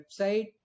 website